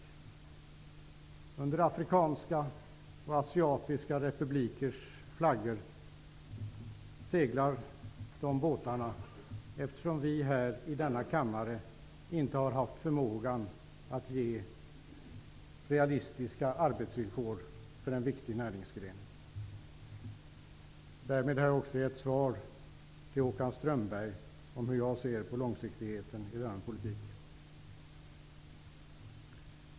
Den seglar under afrikanska och asiatiska republikers flaggor, eftersom vi här i denna kammare inte har haft förmågan att ge realistiska arbetsvillkor för en viktig näringsgren. Därmed har jag också svarat Håkan Strömberg hur jag ser på långsiktigheten i den här politiken.